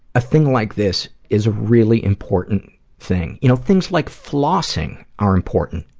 a thing like this is a really important thing. you know things like flossing are important,